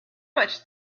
much